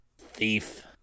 thief